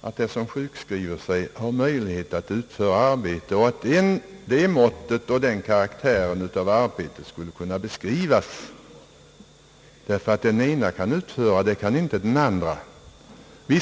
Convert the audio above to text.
att den som sjukskriver sig har möjlighet att utföra arbete och att måttet och karaktären av detta arbete skulle beskrivas, därför att den ene kan utföra det ena arbetet och den andre något annat, finner jag orimligt.